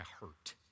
hurt